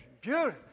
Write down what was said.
beautiful